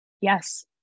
Yes